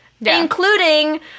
Including